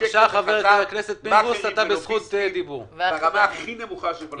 שקר ברמה הכי נמוכה שיכולה להיות,